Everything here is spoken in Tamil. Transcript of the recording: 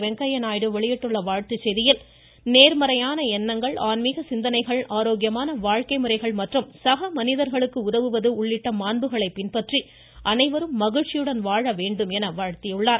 வெங்கய்ய நாயுடு வெளியிட்டுள்ள வாழ்த்துச் செய்தியில் நோ்மறையான எண்ணங்கள் ஆன்மீக சிந்தனைகள் ஆரோக்கியமான வாழ்க்கை முறைகள் மற்றும் சக மனிதர்களுக்கு உதவுவது உள்ளிட்ட பண்புகளை பின்பற்றி அனைவரும் மகிழ்ச்சியுடன் வாழ வேண்டும் என வாழ்த்தியுள்ளார்